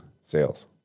Sales